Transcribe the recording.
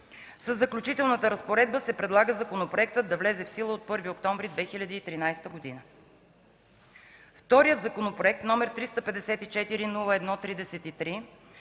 Със Заключителната разпоредба се предлага законопроектът да влезе в сила от 1 октомври 2013 г. Вторият законопроект, № 354-01-33,